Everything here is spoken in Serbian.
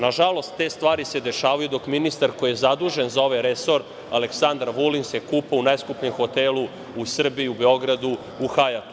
Nažalost, te stvari se dešavaju dok ministar koji je zadužen za ovaj resor, Aleksandar Vulin, se kupa u najskupljem hotelu u Srbiji, u Beogradu, u Hajatu.